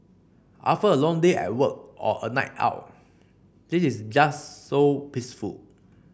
after a long day at work or a night out this is just so peaceful